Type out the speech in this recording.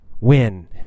win